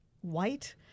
white